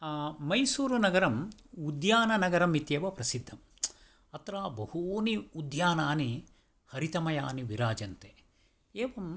मैसूरुनगरम् उद्याननगरम् इत्येव प्रसिद्धम् अत्र बहूनि उद्यानानि हरितमयानि विराजन्ते एवम्